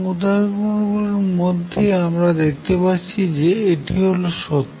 উদাহরন গুলির মাধ্যমে আমরা দেখতে পাচ্ছি যে এটি হল সত্য